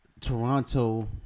Toronto